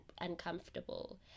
uncomfortable